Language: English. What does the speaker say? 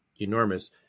enormous